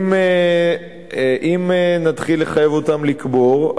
אם נתחיל לחייב אותם לקבור,